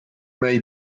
may